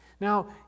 Now